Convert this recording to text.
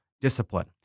discipline